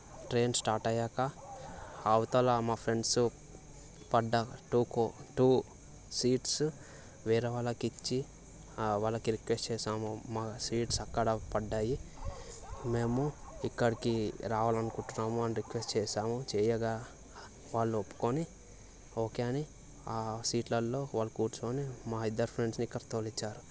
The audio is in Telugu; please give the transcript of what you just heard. ట్రైన్ స్టార్ట్ అయ్యాక అవతల మా ఫ్రెండ్స్ పడ్డ టూ కో టూ సీట్స్ వేరే వాళ్ళకి ఇచ్చి వాళ్ళకి రిక్వెస్ట్ చేసాము మా సీట్స్ అక్కడ పడినాయి మేము ఇక్కడికి రావాలనుకుంటున్నాము అని రిక్వెస్ట్ చేశాము చేయగా వాళ్ళు ఒప్పుకొని ఓకే అని ఆ సీట్లల్లో వాళ్లు కూర్చొని మా ఇద్దరు ఫ్రెండ్స్ని ఇక్కడ తోలిపించారు